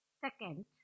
Second